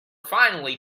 finally